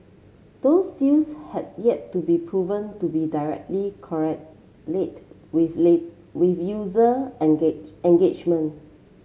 those deals have yet to be proven to be directly correlate with late with user engage engagement